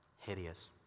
hideous